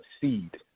seed